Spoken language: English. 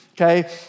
Okay